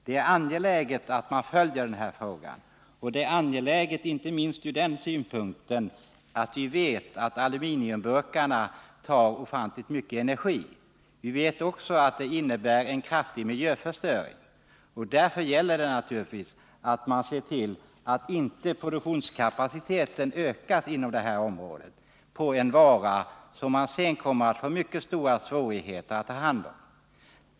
Det är angeläget att man följer den här frågan, inte minst ur den synpunkten att vi vet att tillverkningen av aluminiumburkar kräver ofantligt mycket energi. Dessa burkar innebär också en kraftig miljöförstöring. Därför gäller det naturligtvis att se till, att produktionskapaciteten inte ökas i fråga om en vara som man sedan kommer att få mycket stora svårigheter att ta hand om.